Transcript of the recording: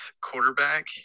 quarterback